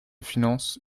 finances